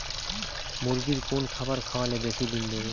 মুরগির কোন খাবার খাওয়ালে বেশি ডিম দেবে?